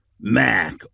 Mac